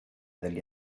degli